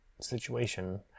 situation